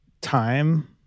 time